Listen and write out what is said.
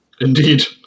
Indeed